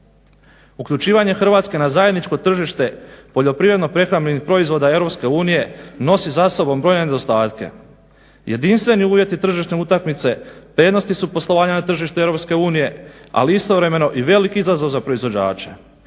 Uključivanje Hrvatske na zajedničko tržište poljoprivredno-prehrambenih proizvoda EU nosi za sobom brojne nedostatke. Jedinstveni uvjeti tržišne utakmice prednosti su poslovanja na tržištu EU, ali istovremeno i velik izazov za proizvođače.